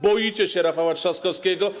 Boicie się Rafała Trzaskowskiego.